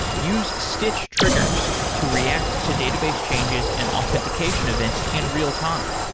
use stitch triggers to react to database changes and authentication events in real-time.